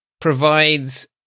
provides